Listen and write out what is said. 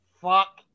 Fuck